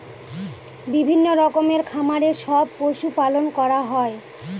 বিভিন্ন রকমের খামারে সব পশু পালন করা হয়